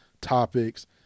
topics